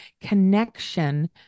Connection